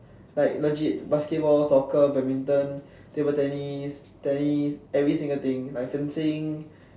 like legit basketball soccer badminton table tennis tennis every single thing like fencing